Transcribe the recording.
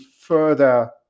further